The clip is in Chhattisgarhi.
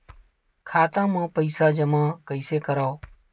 खाता म पईसा जमा कइसे करव?